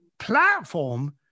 platform